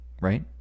right